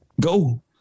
Go